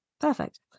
perfect